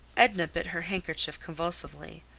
edna bit her handkerchief convulsively,